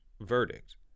verdict